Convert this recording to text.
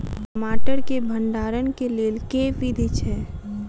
टमाटर केँ भण्डारण केँ लेल केँ विधि छैय?